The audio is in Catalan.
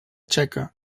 txeca